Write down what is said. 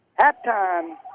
halftime